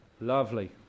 lovely